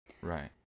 Right